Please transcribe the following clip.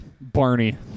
Barney